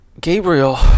gabriel